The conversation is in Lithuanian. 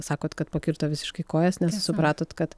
sakot kad pakirto visiškai kojas nes supratot kad